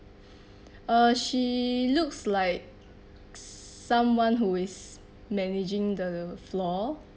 uh she looks like someone who is managing the floor